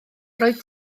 roedd